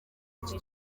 iki